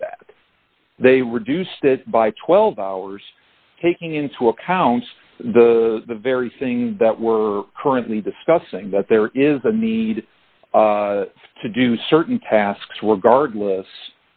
do that they reduced it by twelve hours taking into account the very thing that we're currently discussing that there is a need to do certain tasks were guard